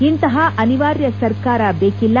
ಇಂತಹ ಅನಿವಾರ್ಯ ಸರ್ಕಾರ ಬೇಕಿಲ್ಲ